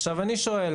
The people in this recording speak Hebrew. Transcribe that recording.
עכשיו אני שואל,